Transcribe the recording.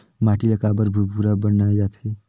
माटी ला काबर भुरभुरा बनाय जाथे?